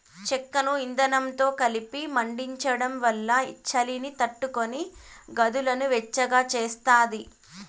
చెక్కను ఇందనంతో కలిపి మండించడం వల్ల చలిని తట్టుకొని గదులను వెచ్చగా చేస్తాది